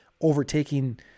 overtaking